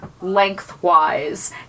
lengthwise